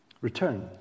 Return